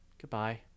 goodbye